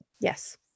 yes